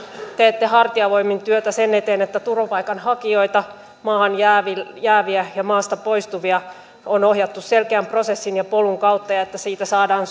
teette hartiavoimin työtä sen eteen että turvapaikanhakijoita maahan jääviä jääviä ja maasta poistuvia on ohjattu selkeän prosessin ja polun kautta ja että siitä saadaan